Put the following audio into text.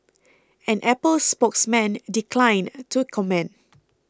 an Apple spokesman declined to comment